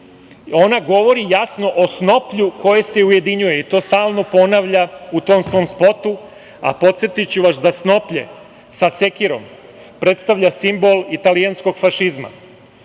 Ona govori jasno o snoplju koje se ujedinjuje i to stalno ponavlja u tom svom spotu. Podsetiću vas da snoplje sa sekirom predstavlja simbol italijanskog fašizma.